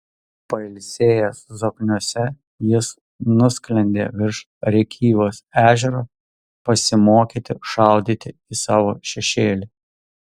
pailsėjęs zokniuose jis nusklendė virš rėkyvos ežero pasimokyti šaudyti į savo šešėlį